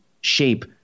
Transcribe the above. shape